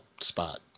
spot